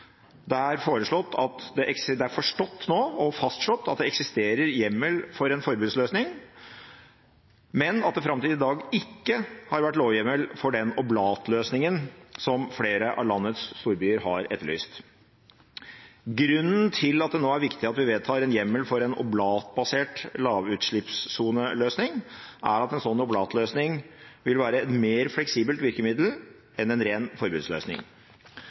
Det er nå forstått og fastslått at det eksisterer hjemmel for en forbudsløsning, men at det fram til i dag ikke har vært lovhjemmel for den oblatløsningen som flere av landets storbyer har etterlyst. Grunnen til at det nå er viktig at vi vedtar en hjemmel for en oblatbasert lavutslippssoneløsning, er at en slik oblatløsning vil være et mer fleksibelt virkemiddel enn en ren forbudsløsning.